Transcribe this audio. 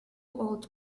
old